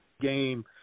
game